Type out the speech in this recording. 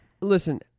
Listen